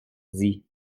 dis